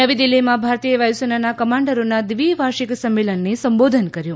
નવી દિલ્હીમાં ભારતીય વાયુસેનાના કમાન્ડરોના દ્વિવાર્ષિક સંમેલનને સંબોધન કર્યું